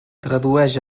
tradueix